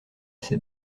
ses